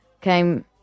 came